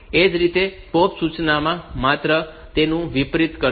એ જ રીતે POP સૂચના માત્ર તેનું વિપરીત કરશે